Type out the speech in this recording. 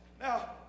Now